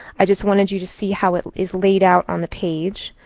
i just wanted you to see how it is laid out on the page.